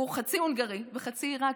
הוא חצי הונגרי וחצי עיראקי.